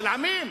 של עמים,